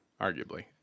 arguably